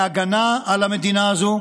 בהגנה על המדינה הזו,